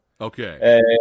Okay